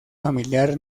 familiar